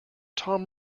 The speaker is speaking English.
tom